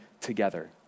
together